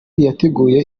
yateguye